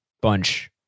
bunch